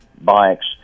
bikes